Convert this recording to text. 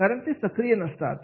कारण ते सक्रिय नसतात